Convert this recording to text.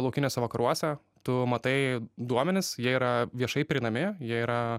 laukiniuose vakaruose tu matai duomenis jie yra viešai prieinami jie yra